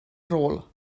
rôl